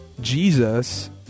Jesus